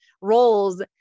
roles